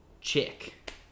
chick